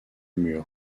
mur